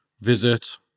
visit